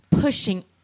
pushing